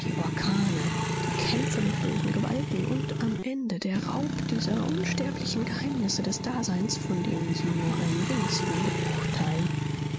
die orkane die kämpfe mit bösen gewalten und am ende der raub dieser unsterblichen geheimnisse des daseins von denen sie nur einen winzigen bruchteil